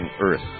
Earth